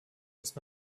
ist